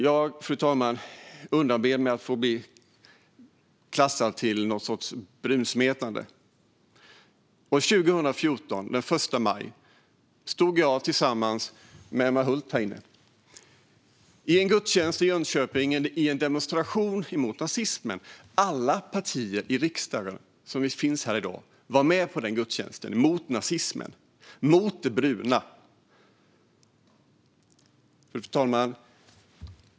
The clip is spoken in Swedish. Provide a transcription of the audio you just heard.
Jag undanber mig, fru talman, att bli utsatt för någon sorts brunsmetande. Den 1 maj år 2014 deltog jag tillsammans med Emma Hult i en gudstjänst i Jönköping i en demonstration mot nazismen. Alla partier som finns i riksdagen i dag var med på denna gudstjänst mot nazismen och mot det bruna. Fru talman!